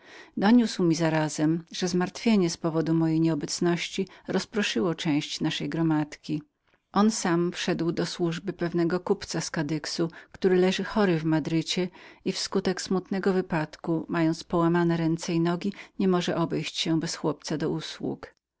doniósł mi zarazem że zmartwienie z powodu mojej nieobecności rozproszyło całą czeredę i że on sam wszedł do służby pewnego kupca z kadyxu który leżał chory w madrycie i w skutek smutnego przypadku mając połamane ręce i nogi niemógł obejść się bez chłopca do usług